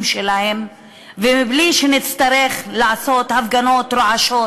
שלהם ומבלי שנצטרך לעשות הפגנות רועשות